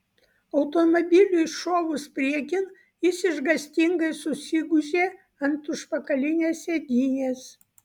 automobiliui šovus priekin jis išgąstingai susigūžė ant užpakalinės sėdynės